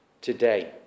today